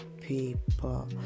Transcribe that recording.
people